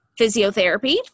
physiotherapy